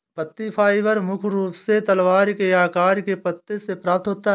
पत्ती फाइबर मुख्य रूप से तलवार के आकार के पत्तों से प्राप्त होता है